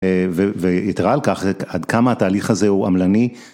ויתרה על כך, עד כמה התהליך הזה הוא עמלני.